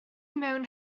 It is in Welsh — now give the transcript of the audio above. mewn